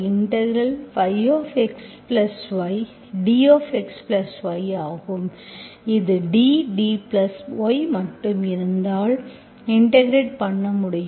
இது D D plus y மட்டும் இருந்தால் இன்டெகிரெட் பண்ண முடியும்